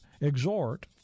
exhort